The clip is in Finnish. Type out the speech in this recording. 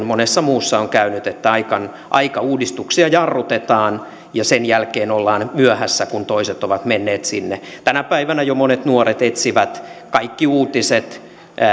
monessa muussa on käynyt että aika uudistuksia jarrutetaan ja sen jälkeen ollaan myöhässä kun toiset ovat menneet sinne tänä päivänä jo monet nuoret etsivät kaikki uutiset